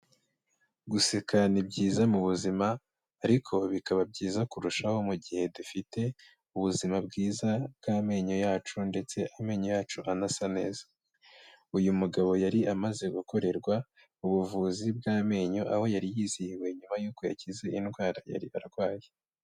Guseka ni byiza mu buzima, ariko bikaba byiza kurushaho mu gihe dufite ubuzima bwiza bw'amenyo yacu, ndetse amenyo yacu anasa neza. Uyu mugabo yari amaze gukorerwa Ubuvuzi bw'amenyo, aho yari yizihiwe nyuma yuko'uko yakize indwara yari arwaye.